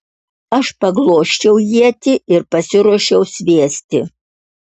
aš paglosčiau ietį ir pasiruošiau sviesti